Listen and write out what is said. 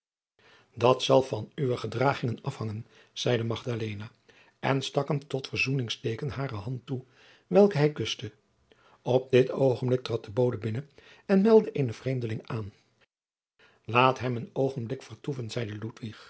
dat zal van uwe gedragingen afhangen zeide magdalena en stak hem tot verzoeningsteeken hare hand toe welke hij kuste op dit oogenblik trad de bode binnen en meldde eenen vreemdeling aan laat hem een oogenblik vertoeven zeide